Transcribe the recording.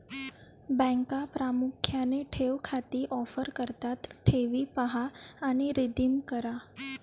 बँका प्रामुख्याने ठेव खाती ऑफर करतात ठेवी पहा आणि रिडीम करा